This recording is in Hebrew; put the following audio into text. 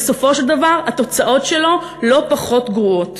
בסופו של דבר התוצאות שלו לא פחות גרועות.